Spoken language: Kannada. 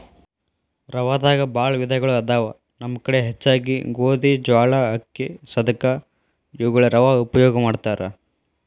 ರವಾದಾಗ ಬಾಳ ವಿಧಗಳು ಅದಾವ ನಮ್ಮ ಕಡೆ ಹೆಚ್ಚಾಗಿ ಗೋಧಿ, ಜ್ವಾಳಾ, ಅಕ್ಕಿ, ಸದಕಾ ಇವುಗಳ ರವಾ ಉಪಯೋಗ ಮಾಡತಾರ